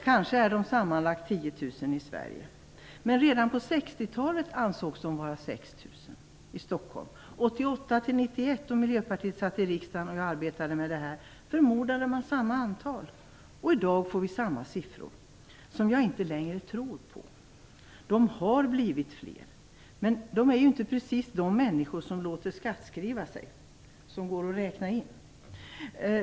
Kanske är de sammanlagt 10 000 i Sverige. Men redan på 60 talet ansågs de vara 6 000 i Stockholm. Åren 1988 1991, då Miljöpartiet satt i riksdagen och jag arbetade med de här frågorna, förmodade man samma antal. Även i dag får vi samma siffror, som jag inte längre tror på. De hemlösa har blivit fler, men det är inte precis de människor som låter skattskriva sig, som går att räkna in.